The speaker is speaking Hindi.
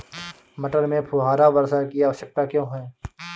मटर में फुहारा वर्षा की आवश्यकता क्यो है?